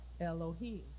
Elohim